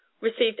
received